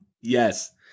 Yes